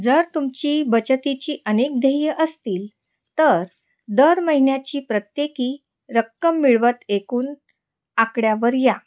जर तुमची बचतीची अनेक ध्येये असतील तर दर महिन्याची प्रत्येकी रक्कम मिळवत एकूण आकड्यावर या